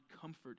comfort